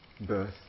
birth